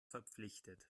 verpflichtet